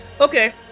Okay